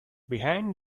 behind